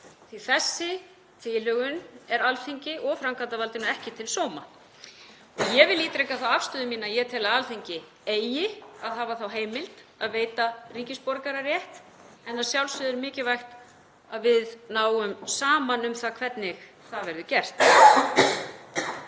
því þessi tilhögun er Alþingi og framkvæmdarvaldinu ekki til sóma. Ég vil ítreka þá afstöðu mína að ég tel að Alþingi eigi að hafa þá heimild að veita ríkisborgararétt en að sjálfsögðu er mikilvægt að við náum saman um það hvernig það verður gert.